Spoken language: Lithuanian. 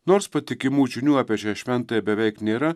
nors patikimų žinių apie šią šventąją beveik nėra